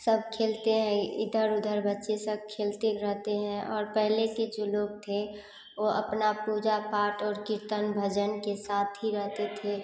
सब खेलते हैं इधर उधर बच्चे सब खेलते रहते हैं और पहले के जो लोग थे वह अपना पूजा पाठ और कीर्तन भजन के साथ ही रहते थे